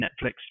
Netflix